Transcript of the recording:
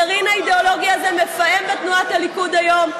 הגרעין האידיאולוגי הזה מפעם בתנועת הליכוד היום.